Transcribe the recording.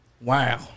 Wow